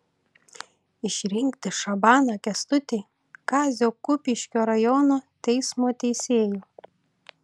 išrinkti šabaną kęstutį kazio kupiškio rajono teismo teisėju